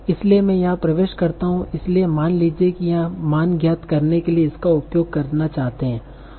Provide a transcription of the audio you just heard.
इसलिए मैं यहां प्रवेश करता हूं इसलिए मान लीजिए कि यहां मान ज्ञात करने के लिए इसका उपयोग करना चाहते हैं